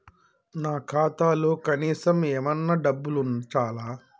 నా ఖాతాలో కనీసం ఏమన్నా డబ్బులు ఉంచాలా?